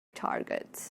targets